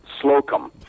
Slocum